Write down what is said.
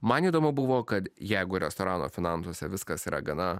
man įdomu buvo kad jeigu restorano finansuose viskas yra gana